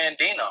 Andino